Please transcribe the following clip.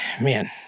man